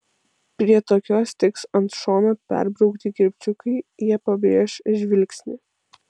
prie tokios tiks ant šono perbraukti kirpčiukai jie pabrėš žvilgsnį